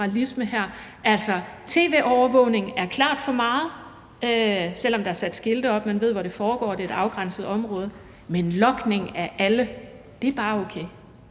liberalisme her. Altså, tv-overvågning er klart for meget, selv om der er sat skilte op, så man ved, hvor det foregår, og det er et afgrænset område, mens logning af alle er bare okay.